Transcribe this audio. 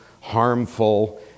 harmful